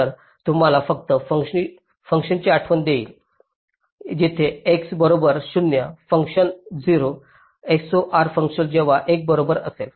तर तुम्हाला फक्त फंक्शनची आठवण येईल जिथे x बरोबर 0 फंक्शन 0 XOR फंक्शन जेव्हा 1 बरोबर असेल